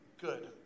good